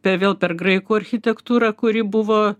per vėl per graikų architektūrą kuri buvo